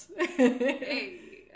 Hey